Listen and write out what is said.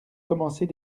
commencer